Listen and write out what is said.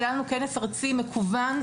היה לנו כנס ארצי מקוון,